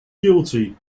guilty